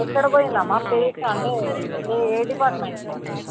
ఎక్కడ పోయిందమ్మా ప్లేస్ అంటే ఏ ఏ డిపార్ట్మెంట్లో